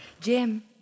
Jim